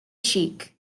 sheikh